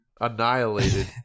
annihilated